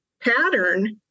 pattern